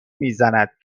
میزند